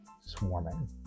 swarming